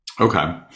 Okay